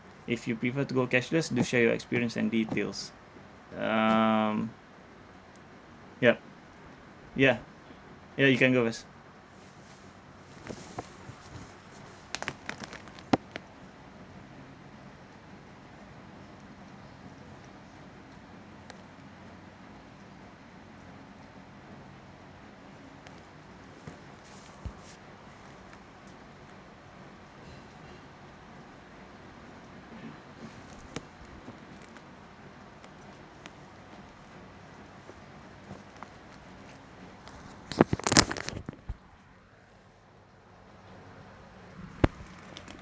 if you prefer to go cashless do share your experience and details um yup yeah ya you can go first